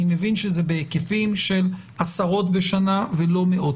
אני מבין שזה בהיקפים של עשרות בשנה ולא מאות.